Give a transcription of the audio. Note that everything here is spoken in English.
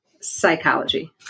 psychology